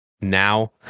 now